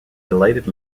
delighted